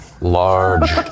large